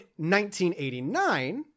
1989